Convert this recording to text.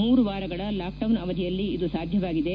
ಮೂರು ವಾರಗಳ ಲಾಕ್ಡೌನ್ ಅವಧಿಯಲ್ಲಿ ಇದು ಸಾಧ್ಯವಾಗಿದೆ